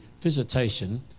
visitation